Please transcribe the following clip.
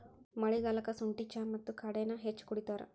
ಮಳಿಗಾಲಕ್ಕ ಸುಂಠಿ ಚಾ ಮತ್ತ ಕಾಡೆನಾ ಹೆಚ್ಚ ಕುಡಿತಾರ